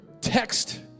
text